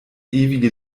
ewige